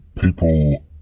people